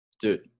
Dude